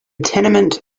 tenement